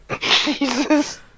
Jesus